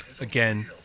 Again